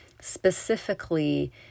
Specifically